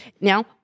Now